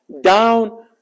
down